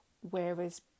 Whereas